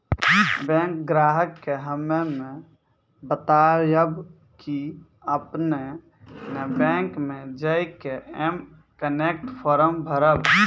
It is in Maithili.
बैंक ग्राहक के हम्मे बतायब की आपने ने बैंक मे जय के एम कनेक्ट फॉर्म भरबऽ